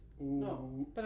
No